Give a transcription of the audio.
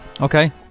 Okay